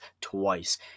twice